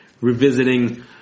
revisiting